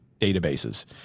databases